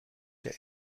der